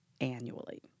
annually